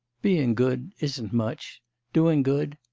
being good isn't much doing good.